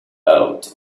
out